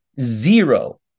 zero